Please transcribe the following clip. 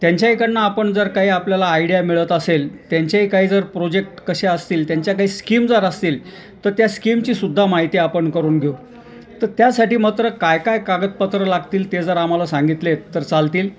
त्यांच्या इकडनं आपण जर काही आपल्याला आयडिया मिळत असेल त्यांच्याही काही जर प्रोजेक्ट कसे असतील त्यांच्या काही स्कीम जर असतील तर त्या स्कीमचीसुद्धा माहिती आपण करून घेऊ तर त्यासाठी मात्र काय काय कागदपत्र लागतील ते जर आम्हाला सांगितले तर चालतील